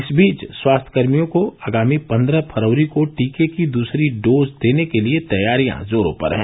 इस बीच स्वास्थ्यकर्मियों को आगामी पन्द्रह फरवरी को टीके की दूसरी डोज देने के लिए तैयारियां जोरो पर हैं